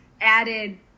added